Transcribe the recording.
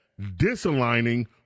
disaligning